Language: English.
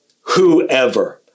whoever